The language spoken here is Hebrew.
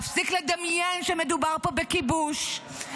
להפסיק לדמיין שמדובר פה בכיבוש.